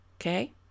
Okay